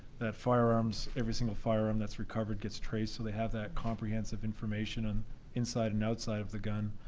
that firearms, every single firearm that's recovered gets traced, so they have that comprehensive information and inside and outside of the gun.